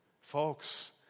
Folks